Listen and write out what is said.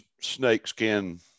snakeskin